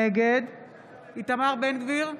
נגד איתמר בן גביר,